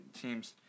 teams